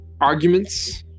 arguments